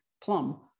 plum